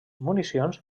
municions